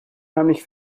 heimlich